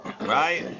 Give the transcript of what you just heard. right